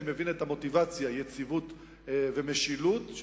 אני מבין את המוטיבציה יציבות ומשילות,